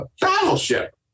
battleship